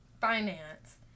finance